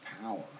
power